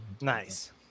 nice